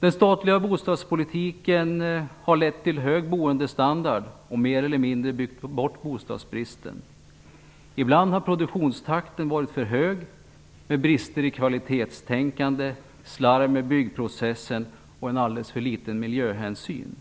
Den statliga bostadspolitiken har lett till hög boendestandard, och man har mer eller mindre byggt bort bostadsbristen. Ibland har produktionstakten varit för hög med brister i kvalitetstänkande, slarv med byggprocessen och alltför liten miljöhänsyn.